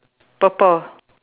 purple